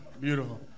beautiful